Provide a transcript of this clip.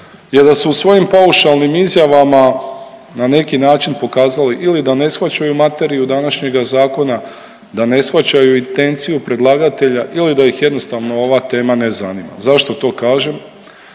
je da su u svojim paušalnim izjavama na neki način pokazali ili da ne shvaćaju materiju današnjega zakona, da ne shvaćaju intenciju predlagatelja ili da ih jednostavno ova tema ne zanima. Zašto to kažem?